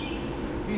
ya